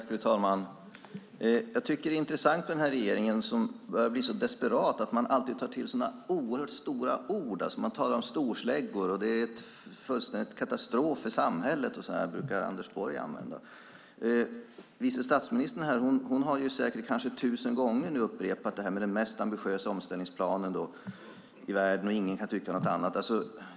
Fru talman! Jag tycker att det är intressant med den här regeringen som börjar bli så desperat att den alltid tar till så oerhört stora ord. Man talar om storsläggor, och det är en fullständig katastrof i samhället. Sådana ord brukar Anders Borg använda. Vice statsministern här har säkert tusen gånger nu upprepat att det är den mest ambitiösa omställningsplanen i världen, och ingen kan tycka något annat.